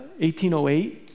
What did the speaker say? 1808